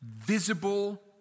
visible